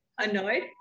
annoyed